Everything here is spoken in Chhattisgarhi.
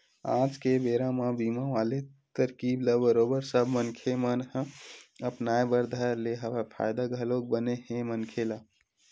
आज के बेरा म बीमा वाले तरकीब ल बरोबर सब मनखे मन ह अपनाय बर धर ले हवय फायदा घलोक बने हे मनखे ल